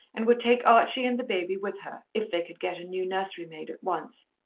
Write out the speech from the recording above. and would take archie and the baby with her, if they could get a new nursery-maid at once.